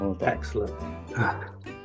Excellent